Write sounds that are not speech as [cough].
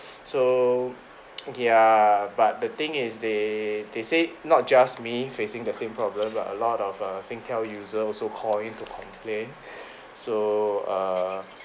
[breath] so ya but the thing is they they say not just me facing the same problem but a lot of Singtel user also call in to complain [breath] so err